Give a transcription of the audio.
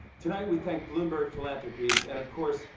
tonight, we thank bloomberg philanthropies and, of course,